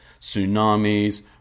tsunamis